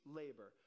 labor